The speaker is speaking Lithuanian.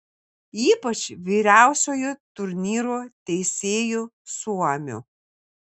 ypač vyriausiuoju turnyro teisėju suomiu